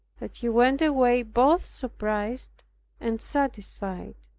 that he went away both surprised and satisfied.